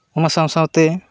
ᱚᱱᱟ ᱥᱟᱶ ᱥᱟᱶᱛᱮ